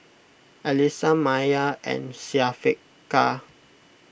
Alyssa Maya and Syafiqah